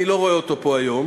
אני לא רואה אותו פה היום,